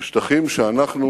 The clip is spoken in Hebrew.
בשטחים שאנחנו